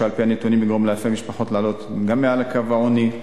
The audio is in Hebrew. ועל-פי הנתונים זה יגרום לאלפי משפחות לעלות מעל קו העוני.